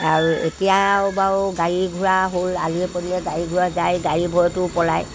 আৰু এতিয়া আৰু বাৰু গাড়ী ঘোৰা হ'ল আলিয়ে পলিয়ে গাড়ী ঘোৰা যায় গাড়ী ভয়তো পলায়